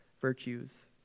virtues